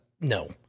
no